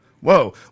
Whoa